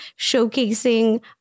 showcasing